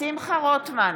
שמחה רוטמן,